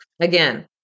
again